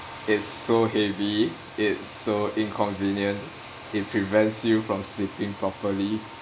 it's so heavy it's so inconvenient it prevents you from sleeping properly